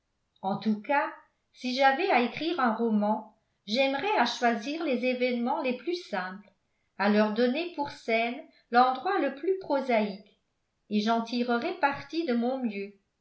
en tout cas si j'avais à écrire un roman j'aimerais à choisir les événements les plus simples à leur donner pour scène l'endroit le plus prosaïque et j'en tirerais parti de mon mieux